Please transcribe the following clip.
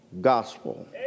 gospel